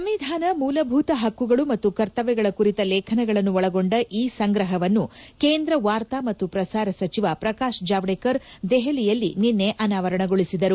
ಸಂವಿಧಾನ ಮೂಲಭೂತ ಹಕ್ಕುಗಳು ಮತ್ತು ಕರ್ತವ್ಯಗಳ ಕುರಿತ ಲೇಖನಗಳನ್ನು ಒಳಗೊಂಡ ಇ ಸಂಗ್ರಹವನ್ನು ಕೇಂದ್ರ ವಾರ್ತಾ ಮತ್ತು ಪ್ರಸಾರ ಸಚಿವ ಪ್ರಕಾಶ್ ಜಾವ್ಡೇಕರ್ ದೆಹಲಿಯಲ್ಲಿ ನಿನ್ನೆ ಅನಾವರಣಗೊಳಿಸಿದರು